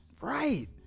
right